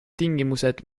tingimused